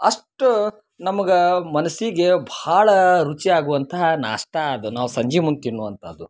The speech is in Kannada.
ಅಷ್ಟು ನಮ್ಗೆ ಮನ್ಸಿಗೆ ಭಾಳ ರುಚಿ ಆಗುವಂತಹ ನಾಷ್ಟ ಅದು ನಾವು ಸಂಜೆ ಮುಂದೆ ತಿನ್ನುವಂಥದ್ದು